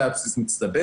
אלא על בסיס מצטבר.